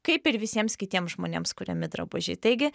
kaip ir visiems kitiems žmonėms kuriami drabužiai taigi